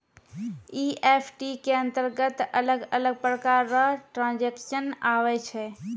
EFT के अंतरगत अलग अलग प्रकार रो ट्रांजेक्शन आवै छै